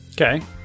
Okay